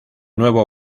nuevo